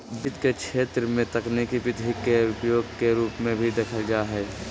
वित्त के क्षेत्र में तकनीकी विधि के उपयोग के रूप में भी देखल जा हइ